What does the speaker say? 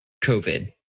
COVID